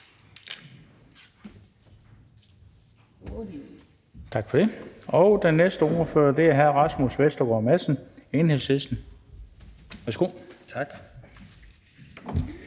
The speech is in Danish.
Tak for det. Den næste ordfører er hr. Rasmus Vestergaard Madsen, Enhedslisten. Værsgo. Kl.